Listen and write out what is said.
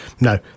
no